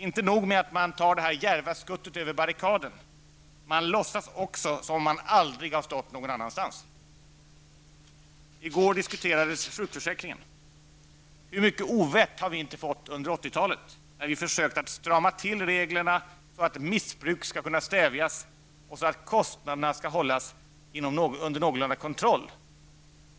Inte nog med att man tar det djärva skuttet över barrikaden, man låtsas också som om man aldrig har stått någon annanstans. I går diskuterades sjukförsäkringen. Hur mycket ovett har vi inte fått under 80-talet när vi försökt att strama till reglerna, så att missbruk skall kunna stävjas och kostnaderna hållas under någorlunda kontroll!